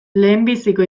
lehenbiziko